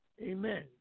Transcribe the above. Amen